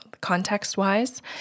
context-wise